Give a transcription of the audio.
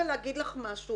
אבל צריך לדעת את העובדות,